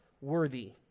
worthy